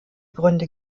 gründe